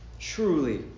truly